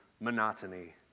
monotony